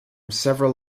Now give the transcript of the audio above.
several